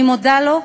אני מודה לו,